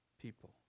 people